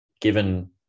given